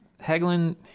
Heglin